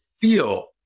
feel